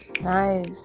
Nice